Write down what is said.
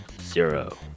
zero